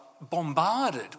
bombarded